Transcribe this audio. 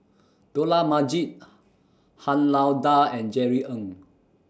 Dollah Majid Han Lao DA and Jerry Ng